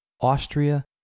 Austria